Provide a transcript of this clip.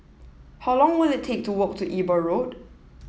how long will it take to walk to Eber Road